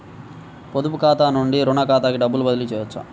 పొదుపు ఖాతా నుండీ, రుణ ఖాతాకి డబ్బు బదిలీ చేయవచ్చా?